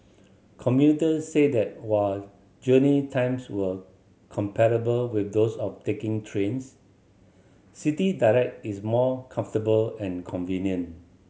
commuters said that while journey times were comparable with those of taking trains City Direct is more comfortable and convenient